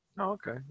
okay